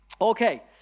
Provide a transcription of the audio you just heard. Okay